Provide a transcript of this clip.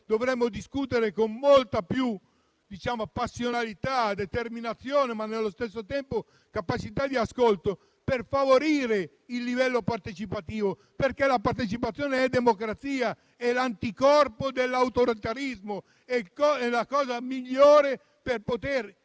dovremmo discutere con molta più passionalità, determinazione, ma nello stesso tempo avere capacità di ascolto, per favorire il livello partecipativo. La partecipazione è democrazia, è un anticorpo contro l'autoritarismo, è la cosa migliore per